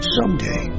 Someday